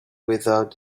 without